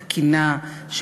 תקינה,